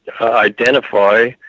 identify